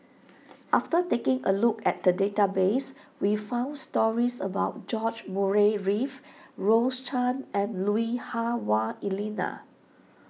after taking a look at the database we found stories about George Murray Reith Rose Chan and Lui Hah Wah Elena